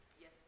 Yes